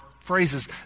phrases